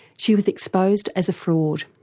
she was exposed as a fraud.